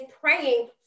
praying